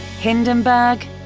Hindenburg